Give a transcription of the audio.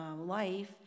life